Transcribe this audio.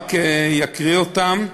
ואני רק אקריא אותן,